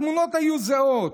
התמונות היו זהות,